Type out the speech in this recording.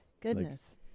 goodness